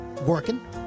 working